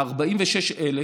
ה-46,000,